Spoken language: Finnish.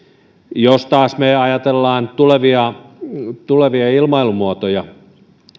jos taas me ajattelemme tulevia tulevia ilmailumuotoja